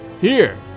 Here